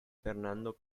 fernando